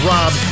Rob